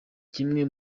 kimwe